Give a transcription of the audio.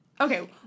okay